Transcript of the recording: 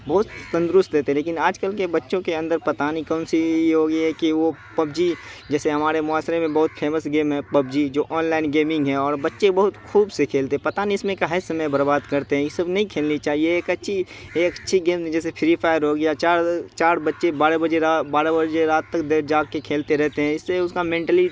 بہت تندرست رہتے ہیں لیکن آج کل کے بچوں کے اندر پتہ نہیں کون سی یہ ہو گئی ہے کہ وہ پب جی جیسے ہمارے معاشرے میں بہت فیمس گیم ہے پب جی جو آن لائن گیمنگ ہے اور بچے بہت خوب سے کھیلتے ہیں پتہ نہیں اس میں کاہے سمے برباد کرتے ہیں یہ سب نہیں کھیلنی چاہیے ایک اچھی ایک اچھی گیم جیسے فری فائر ہو گیا چار چار بچے بارہ بجے بارہ بجے رات تک دیر جاگ کر کھیلتے رہتے ہیں اس سے اس کا مینٹلی